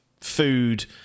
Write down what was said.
food